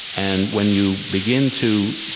and when you begin to